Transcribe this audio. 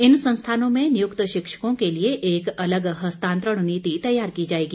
इन संस्थानों में नियुक्त शिक्षकों के लिए एक अलग हस्तांतरण नीति तैयार की जाएगी